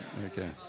Okay